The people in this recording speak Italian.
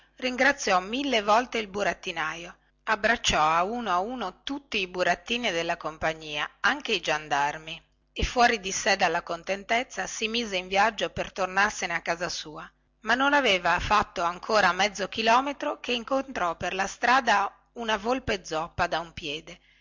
ringraziò mille volte il burattinaio abbracciò a uno a uno tutti i burattini della compagnia anche i giandarmi e fuori di sé dalla contentezza si mise in viaggio per tornarsene a casa sua ma non aveva fatto ancora mezzo chilometro che incontrò per la strada una volpe zoppa da un piede